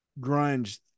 grunge